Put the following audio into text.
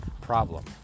problem